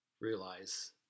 realize